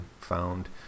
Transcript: found